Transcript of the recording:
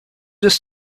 just